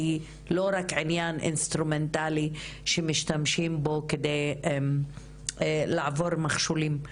והיא לא רק עניין אינסטרומנטלי שמשתמשים בו כדי לעבור מכשולים.